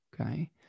okay